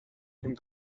cyn